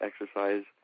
exercise